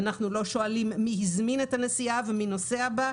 ואנחנו לא שואלים מי הזמין את הנסיעה ומי נוסע בה,